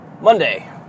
Monday